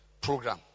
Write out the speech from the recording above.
program